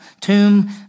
tomb